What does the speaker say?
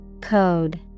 Code